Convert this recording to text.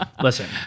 Listen